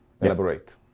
Elaborate